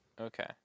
Okay